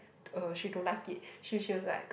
uh she don't like it she she was like